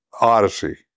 Odyssey